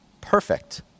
perfect